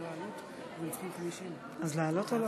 וסגן, נאוה, נאוה,